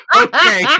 okay